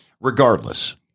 Regardless